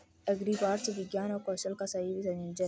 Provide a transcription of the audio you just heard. agribots विज्ञान और कौशल का सही संयोजन हैं